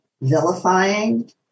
vilifying